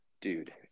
dude